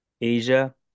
Asia